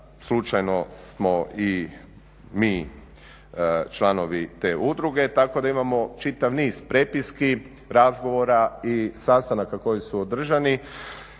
Slučajno smo i mi članovi te udruge, tako da imamo čitav niz prepiski, razgovora i sastanaka koji su održani